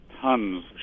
tons